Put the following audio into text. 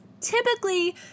typically